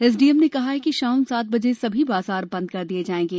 SDM ने कहा है कि शाम सात बजे सभी बाजार बंद कर दिए जाएंगे